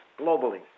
globally